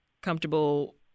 comfortable